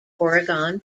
oregon